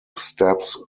steps